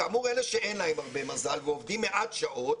כאמור אלה שאין להם הרבה מזל ועובדים מעט שעות,